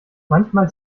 manchmal